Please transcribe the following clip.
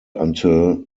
until